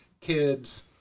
kids